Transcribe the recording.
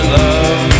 love